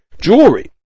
jewelry